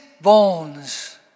bones